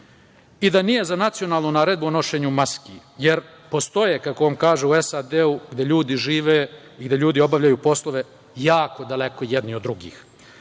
i da nije za nacionalnu naredbu nošenja maski, jer postoji, kako on kaže, u SAD gde ljudi žive i gde ljudi obavljaju poslove jako daleko jedni od drugih.U